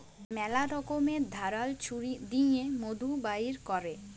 ম্যালা রকমের ধারাল ছুরি দিঁয়ে মধু বাইর ক্যরে